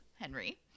Henry